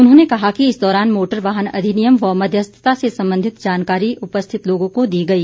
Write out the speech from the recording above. उन्होंने कहा कि इस दौरान मोटर वाहन अधिनियम व मध्यस्थता से संबंधित जानकारी उपस्थित लोगों को दी गई